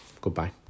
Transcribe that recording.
Goodbye